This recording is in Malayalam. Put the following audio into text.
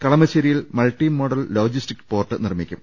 കളമശ്ശേരിയിൽ മൾട്ടിമോഡൽ ലോജിസ്റ്റിക്സ് പോർട്ട് നിർമ്മിക്കും